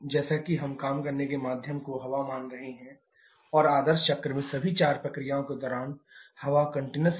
जैसा कि हम काम करने के माध्यम को हवा मान रहे हैं और आदर्श चक्र में सभी चार प्रक्रियाओं के दौरान हवा कंटिनेस है